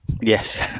yes